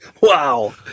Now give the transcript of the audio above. Wow